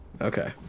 Okay